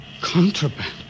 Contraband